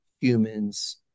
humans